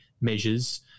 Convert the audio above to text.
measures